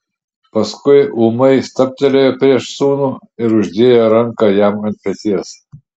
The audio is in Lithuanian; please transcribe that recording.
paskui ūmai stabtelėjo prieš sūnų ir uždėjo ranką jam ant peties